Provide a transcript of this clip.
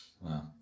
Wow